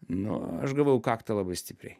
nu aš gavau į kaktą labai stipriai